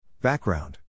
Background